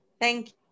Thank